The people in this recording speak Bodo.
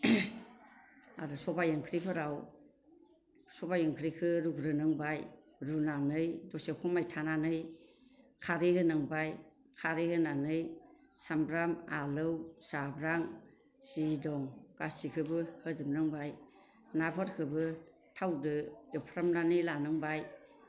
आरो सबाइ ओंख्रि फोराव सबाय ओंख्रिखो रुग्रोनांबाय रुनानै दसे समाय थानानै खारै होनांबाय खारै होनानै सामब्राम आलौ जाब्रां जि दं गासिखोबो होजोबनांबाय नाफोरखोबो थावदो एवफ्रामनानै लानांबाय